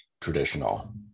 traditional